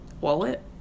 wallet